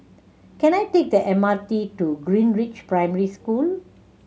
can I take the M R T to Greenridge Primary School